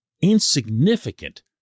insignificant